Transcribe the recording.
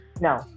No